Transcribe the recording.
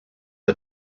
the